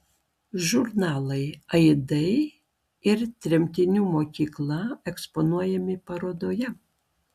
žurnalai aidai ir tremtinių mokykla eksponuojami parodoje